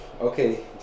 Okay